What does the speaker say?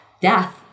death